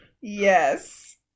Yes